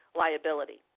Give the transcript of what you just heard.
liability